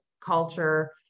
culture